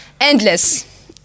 endless